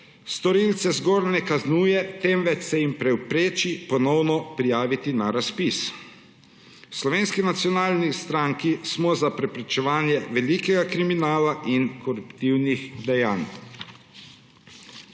storilce ne zgolj kaznuje, temveč se jim tudi prepreči ponovno prijaviti se na razpis. V Slovenski nacionalni stranki smo za preprečevanje velikega kriminala in koruptivnih dejanj.